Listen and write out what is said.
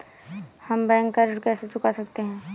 हम बैंक का ऋण कैसे चुका सकते हैं?